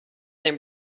than